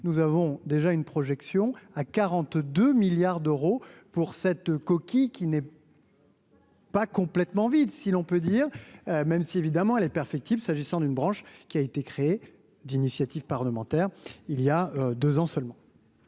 nous avons déjà une projection à 42 milliards d'euros pour cette coquille qui n'est. Pas complètement vide, si l'on peut dire, même si évidemment elle est perfectible, s'agissant d'une branche qui a été créé, d'initiative parlementaire, il y a 2 ans seulement.